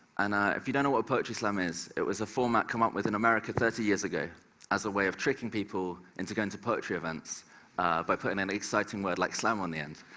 and if you don't know what a poetry slam is, it was a format come up with in america thirty years ago as a way of tricking people into going to poetry events by putting an exciting word like slam on the end.